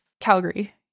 Calgary